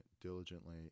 diligently